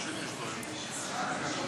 התשע"ו 2016,